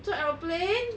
做 aeroplane